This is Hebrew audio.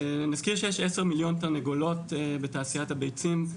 נזכיר שיש 10 מיליון תרנגולות בתעשיית הביצים.